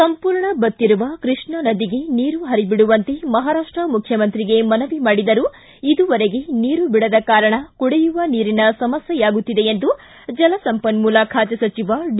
ಸಂಪೂರ್ಣ ಬತ್ತಿರುವ ಕೃಷ್ಣಾ ನದಿಗೆ ನೀರು ಹರಿಬಿಡುವಂತೆ ಮಹರಾಷ್ಷ ಮುಖ್ಯಮಂತ್ರಿಗೆ ಮನವಿ ಮಾಡಿದರೂ ಇದುವರೆಗೆ ನೀರು ಬಿಡದ ಕಾರಣ ಕುಡಿಯುವ ನೀರಿನ ಸಮಸ್ಥೆಯಾಗುತ್ತಿದೆ ಎಂದು ಜಲಸಂಪನ್ಮೂಲ ಖಾತೆ ಸಚಿವ ಡಿ